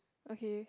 okay